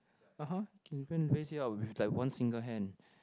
(uh huh) can even raise it up with like one single hand